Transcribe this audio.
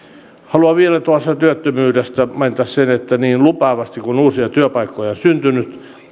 haluan vielä tuosta työttömyydestä mainita sen että niin lupaavasti kuin uusia työpaikkoja on syntynyt